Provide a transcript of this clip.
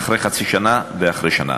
אחרי חצי שנה ואחרי שנה.